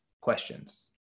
questions